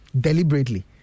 deliberately